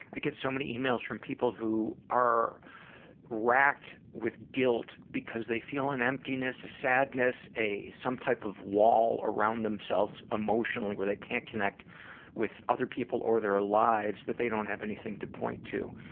i get so many e-mails from people who are racked with guilt because they feel an emptiness, a sadness, a some type of wall around themselves emotionally where they can't connect with other people or their lives but they don't have anything to point to,